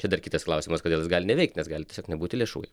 čia dar kitas klausimas kodėl jis gali neveikt nes gali tiesiog nebūti lėšų jam